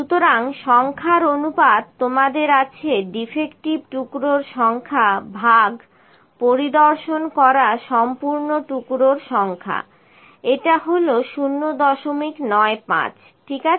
সুতরাং সংখ্যার অনুপাত তোমাদের আছে ডিফেক্টিভ টুকরোর সংখ্যা ভাগ পরিদর্শন করা সম্পূর্ণ টুকরোর সংখ্যা এটা হল095 ঠিক আছে